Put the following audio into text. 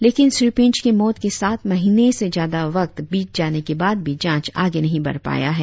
लेकिन श्री पिंच के मौत के सात महीने से ज्यादा वक्त बित जाने के बाद भी जांच आगे नहीं बढ़ पाया है